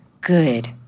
Good